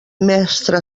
mestre